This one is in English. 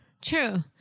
True